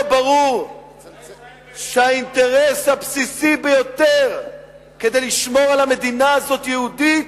לא ברור שהאינטרס הבסיסי ביותר כדי לשמור על המדינה הזאת יהודית,